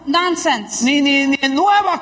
nonsense